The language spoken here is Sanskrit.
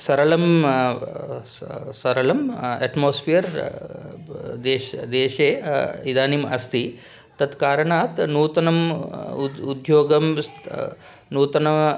सरलं स सरलम् अट्मास्फ़ियर् ब देशे देशे इदानीम् अस्ति तत् कारणात् नूतनम् उद्योगं नूतनम्